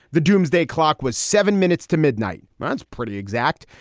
the doomsday clock was seven minutes to midnight months, pretty exact.